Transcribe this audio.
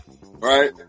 right